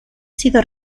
sido